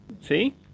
See